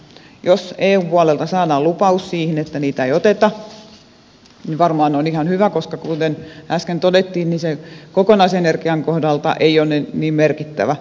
jos eun puolelta saadaan lupaus siihen että niitä ei oteta niin varmaan se on ihan hyvä koska kuten äsken todettiin kokonaisenergian kohdalta se ei ole niin merkittävä